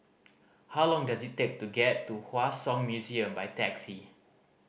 how long does it take to get to Hua Song Museum by taxi